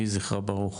יהי זכרה ברוך.